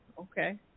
Okay